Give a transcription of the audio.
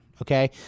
Okay